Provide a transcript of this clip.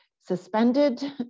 suspended